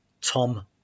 Tom